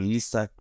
Lisa